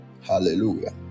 Hallelujah